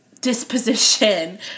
disposition